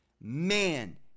Man